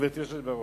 גברתי היושבת בראש,